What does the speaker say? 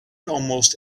almost